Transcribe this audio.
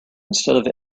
instead